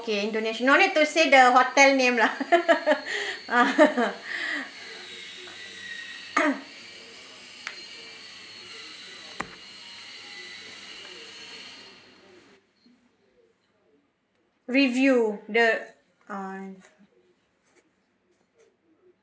okay indonesia no need to say the hotel name lah ah review the um